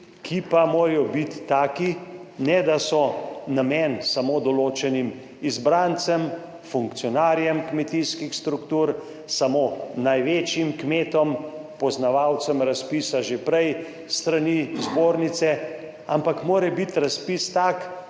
ki pa morajo biti taki, ne da so namen samo določenim izbrancem, funkcionarjem kmetijskih struktur, samo največjim kmetom, poznavalcem razpisa že prej s strani zbornice, ampak mora biti razpis tak,